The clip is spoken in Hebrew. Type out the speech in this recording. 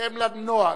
בהתאם לנוהג,